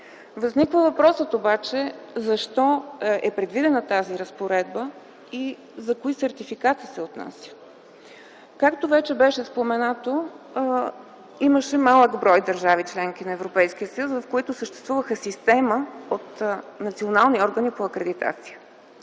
Възниква въпросът обаче защо е предвидена тази разпоредба и за кои сертификати се отнася? Както вече беше споменато, имаше малък брой държави - членки на Европейския съюз, в които съществуваше система от национални органи по акредитация.